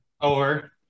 over